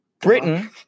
Britain